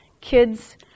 kids